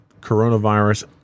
coronavirus